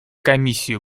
комиссию